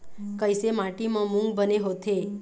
कइसे माटी म मूंग बने होथे?